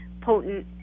potent